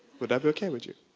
would that be ok with you?